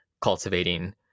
cultivating